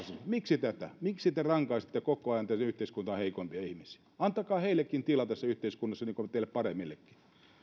miksi tätä miksi te rankaisette koko ajan tämän yhteiskunnan heikoimpia ihmisiä antakaa heillekin tilaa tässä yhteiskunnassa niin kuin teille paremmillekin